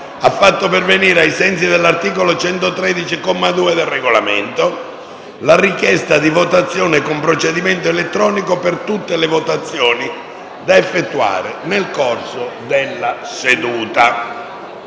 ha fatto pervenire, ai sensi dell'articolo 113, comma 2, del Regolamento, la richiesta di votazione con procedimento elettronico per tutte le votazioni da effettuare nel corso della seduta.